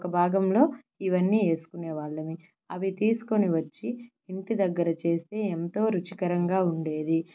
ఒక భాగంలో ఇవన్నీ వేసుకునే వాళ్ళమే అవి తీసుకొని వచ్చి ఇంటి దగ్గర చేస్తే ఎంతో రుచికరంగా ఉండేది